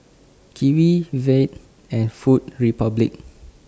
Kiwi Veet and Food Republic